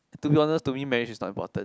to be honest to me marriage is not important